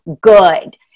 good